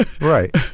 Right